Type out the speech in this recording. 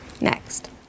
Next